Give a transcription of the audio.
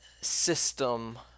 system